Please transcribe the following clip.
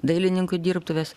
dailininkų dirbtuvės